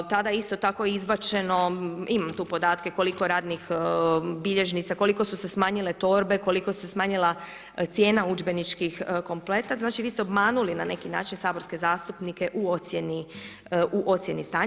Tada isto tako je izbačeno, imam tu podatke koliko radnih bilježnica, koliko su se smanjile torbe, koliko se smanjila cijena udžbeničkih kompleta, znači vi ste obmanuli na neki način saborske zastupnike u ocijeni stanja.